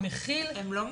המכיל --- הם לא מופנים?